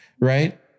Right